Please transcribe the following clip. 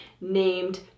named